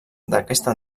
d’aquesta